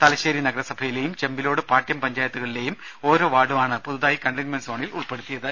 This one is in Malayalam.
തലശ്ശേരി നഗരസഭയിലെയും ചെമ്പിലോട് പാട്യം പഞ്ചായത്തുകളിലെയും ഓരോ വാർഡുമാണ് പുതുതായി കണ്ടെയിൻമെന്റ് സോണിൽ ഉൾപ്പെടുത്തിയത്